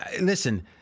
Listen